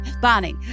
Bonnie